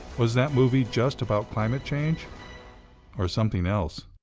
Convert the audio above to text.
was that movie just about climate change or something else?